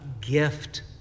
gift